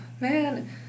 man